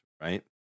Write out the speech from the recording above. right